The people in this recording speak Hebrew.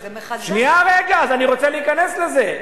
שנייה, אני רוצה להיכנס לזה.